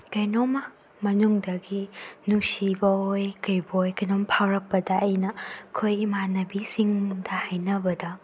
ꯀꯔꯤꯅꯣ ꯑꯃ ꯃꯅꯨꯡꯗꯒꯤ ꯅꯨꯡꯁꯤꯕ ꯑꯣꯏ ꯀꯔꯤꯕꯣꯏ ꯀꯔꯤꯅꯣ ꯑꯃ ꯐꯥꯎꯔꯛꯄꯗ ꯑꯩꯅ ꯑꯩꯈꯣꯏ ꯏꯃꯥꯟꯅꯕꯤꯁꯤꯡꯗ ꯍꯥꯏꯅꯕꯗ